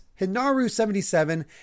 Hinaru77